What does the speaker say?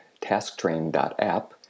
Tasktrain.app